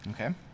Okay